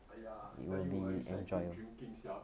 !aiya! I tell you recently I tried drinking sia